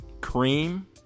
Cream